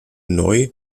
neu